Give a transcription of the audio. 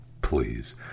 Please